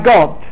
God